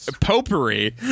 Potpourri